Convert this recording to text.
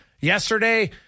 Yesterday